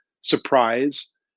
surprise